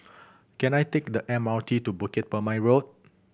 can I take the M R T to Bukit Purmei Road